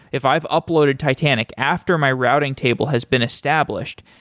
if i've uploaded titanic after my routing table has been established,